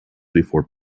before